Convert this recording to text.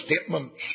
statements